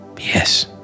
Yes